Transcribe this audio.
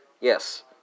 Yes